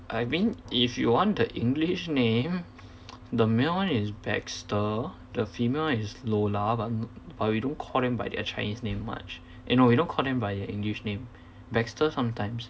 I mean if you want the english name the male one is baxter the female one is lola but I'm but we don't call them by their chinese name much eh no we don't call them by their english name baxter sometimes